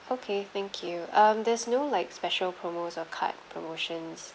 okay thank you um there's no like special promos or card promotions